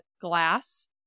glass